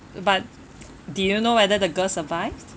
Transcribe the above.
but do you know whether the girl survived